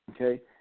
Okay